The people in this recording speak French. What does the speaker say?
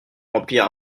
remplir